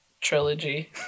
trilogy